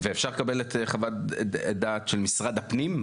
ואפשר לקבל את חוות הדעת של משרד הפנים?